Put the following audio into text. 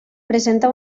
presenta